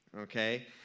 Okay